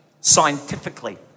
scientifically